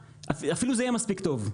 אפילו זה יהיה מספיק טוב.